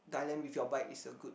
Thailand with your bike is a good